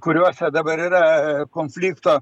kuriose dabar yra konflikto